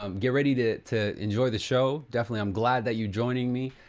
um get ready to to enjoy the show. definitely, i'm glad that you're joining me.